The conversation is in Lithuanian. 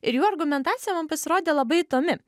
ir jų argumentacija man pasirodė labai įdomi